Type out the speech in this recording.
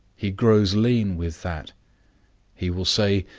he grows lean with that he will say,